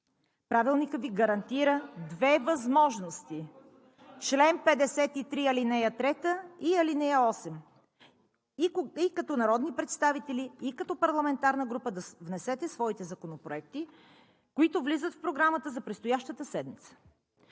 Правилникът Ви гарантира две възможности – чл. 53, ал. 3 и ал. 8, и като народни представители, и като парламентарна група да внесете своите законопроекти, които влизат в Програмата за предстоящата седмица.